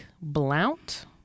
Blount